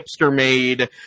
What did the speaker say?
hipster-made